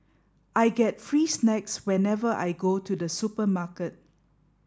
I get free snacks whenever I go to the supermarket